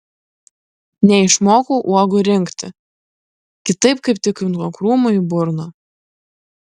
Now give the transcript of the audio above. neišmokau uogų rinkti kitaip kaip tik nuo krūmų į burną